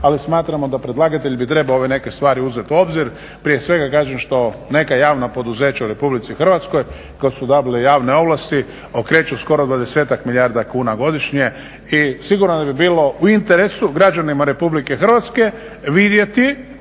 ali smatramo da predlagatelj bi trebao ove neke stvari uzeti u obzir, prije svega kažem što neka javna poduzeća u RH koja su dobila javne ovlasti okreću skoro 20-ak milijardi kuna godišnje i sigurno bi bilo u interesu građanima RH vidjeti